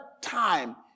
time